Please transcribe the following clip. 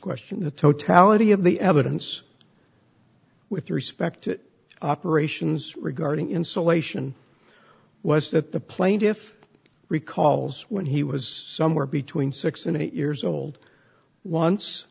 the totality of the evidence with respect to operations regarding insulation was that the plaintiff's recalls when he was somewhere between six and eight years old once